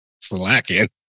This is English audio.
Slacking